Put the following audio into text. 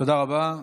תודה רבה.